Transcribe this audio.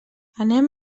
anem